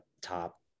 top